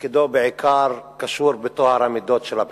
ותפקידו קשור בעיקר בטוהר המידות בתחום הבחינות.